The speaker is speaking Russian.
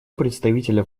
представителя